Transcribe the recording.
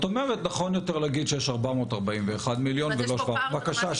זאת אומרת שנכון יותר להגיד שיש 441 מיליון ולא 741. בבקשה,